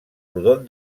rodon